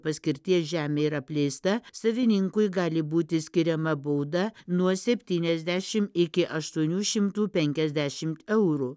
paskirties žemė yra apleista savininkui gali būti skiriama bauda nuo septyniasdešim iki aštuonių šimtų penkiasdešimt eurų